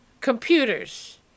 computers